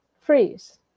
freeze